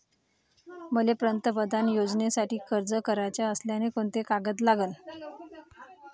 मले पंतप्रधान योजनेसाठी अर्ज कराचा असल्याने कोंते कागद लागन?